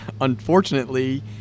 unfortunately